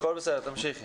הכול בסדר, תמשיכי.